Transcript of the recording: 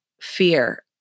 fear